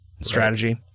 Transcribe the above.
strategy